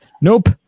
Nope